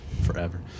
Forever